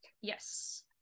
Yes